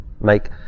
make